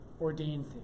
ordained